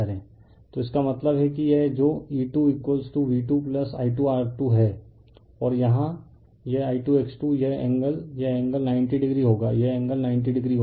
तो इसका मतलब है कि यह जो E2V2I2R2 है और यह I2X2 ये एंगल यह एंगल 90 डिग्री होगा यह एंगल 90 डिग्री होगा